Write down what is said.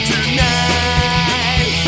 Tonight